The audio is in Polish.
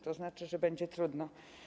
To znaczy, że będzie trudno.